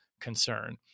concern